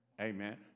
Amen